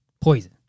Poison